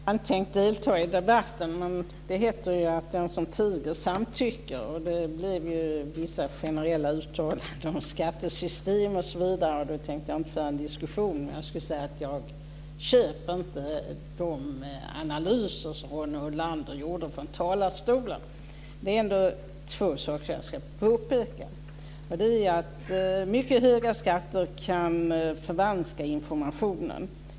Fru talman! Jag hade inte tänkt delta i debatten, men det heter ju att den som tiger samtycker. Det gjordes vissa generella uttalanden om skattesystem osv. Jag tänker inte föra en diskussion men vill säga att jag inte köper de analyser som Ronny Olander gjorde i talarstolen. Jag ska påpeka två saker. Det ena är att mycket höga skatter kan förvanska informationen.